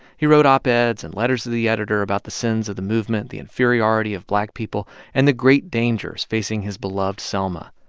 he wrote op-eds and letters to the editor about the sins of the movement, the inferiority of black people and the great dangers facing his beloved selma.